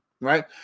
right